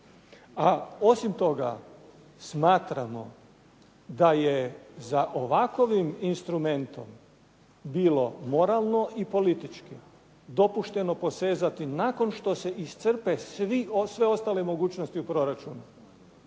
A osim toga, smatramo da je za ovakovim instrumentom bilo moralno i politički dopušteno posezati nakon što se iscrpe sve ostale mogućnosti u proračunu.